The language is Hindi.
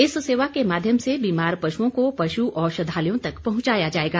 इस सेवा के माध्यम से बीमार पशुओं को पशु औषधालयों तक पहुंचाया जाएगा